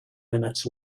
minutes